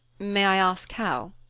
may i ask how?